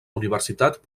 universitat